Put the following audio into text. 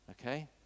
okay